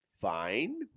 fine